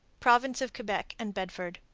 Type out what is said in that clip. province of quebec and bedford,